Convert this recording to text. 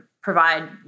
provide